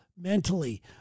mentally